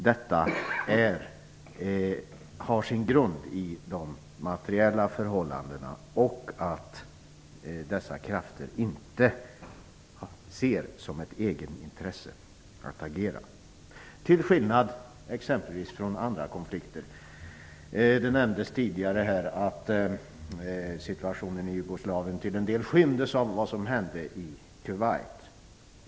Detta har sin grund i de materiella förhållandena och i att dessa krafter inte ser det som ett egenintresse att agera, till skillnad från i andra konflikter. Det nämndes tidigare att situationen i Jugoslavien till en del skymdes av vad som hände i Kuwait.